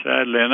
sadly